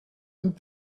und